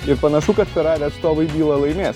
ir panašu kad ferrari atstovai bylą laimės